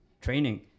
training